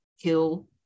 kill